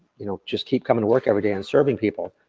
you know, just keep coming to work every day and serving people.